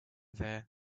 there